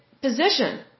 position